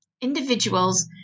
individuals